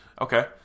okay